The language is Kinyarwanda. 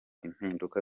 impinduka